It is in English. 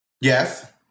Yes